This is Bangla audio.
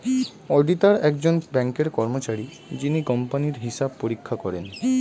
অডিটার একজন ব্যাঙ্কের কর্মচারী যিনি কোম্পানির হিসাব পরীক্ষা করেন